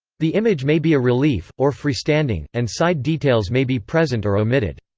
the image may be a relief, or free-standing, and side details may be present or omitted.